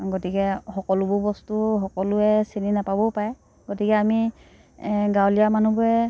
গতিকে সকলোবোৰ বস্তু সকলোৱে চিনি নাপাবও পাৰে গতিকে আমি গাৱলীয়া মানুহবোৰে